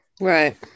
Right